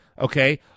okay